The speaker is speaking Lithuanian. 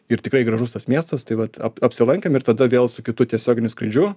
ir tikrai gražus tas miestas tai vat ap apsilankėm ir tada vėl su kitu tiesioginiu skrydžiu